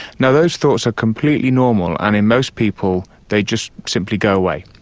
now, those thoughts are completely normal and in most people they just simply go away.